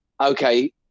Okay